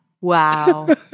Wow